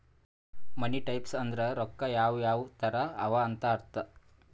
ಮನಿ types ಅಂದುರ್ ರೊಕ್ಕಾ ಯಾವ್ ಯಾವ್ ತರ ಅವ ಅಂತ್ ಅರ್ಥ